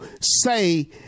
say